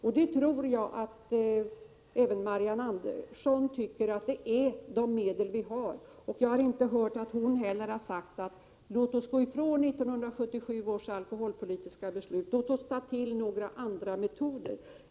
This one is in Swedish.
Jag tror att även Marianne Andersson håller med mig om att det är dessa medel som vi har. Jag har inte hört att hon har sagt att vi skall frångå 1977 års alkoholpolitiska beslut och ta till några andra metoder.